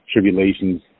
tribulations